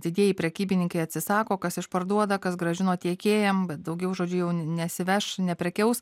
didieji prekybininkai atsisako kas išparduoda kas grąžino tiekėjam daugiau žodžiu jau nesiveš neprekiaus